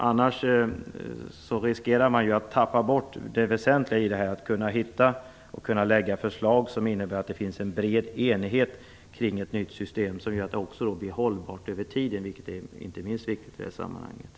Annars riskerar man att tappa bort det väsentliga, nämligen att finna och lägga fram förslag som innebär en bred enighet kring ett nytt system som blir tidsmässigt hållbart, vilket inte är minst viktigt i sammanhanget.